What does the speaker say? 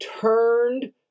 turned